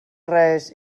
res